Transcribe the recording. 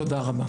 תודה רבה.